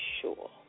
sure